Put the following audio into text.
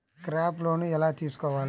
Crop loan ఎలా తీసుకోవాలి?